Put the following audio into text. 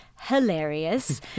hilarious